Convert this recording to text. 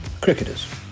Cricketers